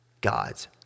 God's